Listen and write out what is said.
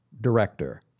Director